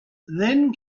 then